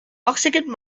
oxygen